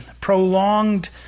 prolonged